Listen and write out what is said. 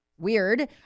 weird